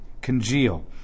congeal